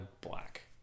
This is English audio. black